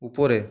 উপরে